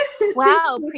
Wow